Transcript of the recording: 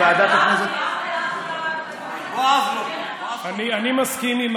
אני מסכים עם